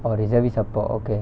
oh reservist அப்போ:appo okay